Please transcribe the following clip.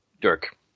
Dirk